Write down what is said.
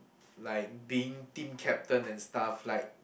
like being team captain and stuff like